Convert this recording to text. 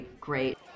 great